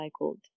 recycled